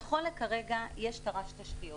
נכון לעכשיו יש תר"ש תשתיות